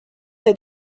des